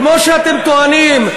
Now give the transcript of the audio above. כמו שאתם טוענים,